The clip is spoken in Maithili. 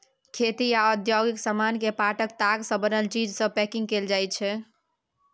खेती आ औद्योगिक समान केँ पाटक ताग सँ बनल चीज सँ पैंकिग कएल जाइत छै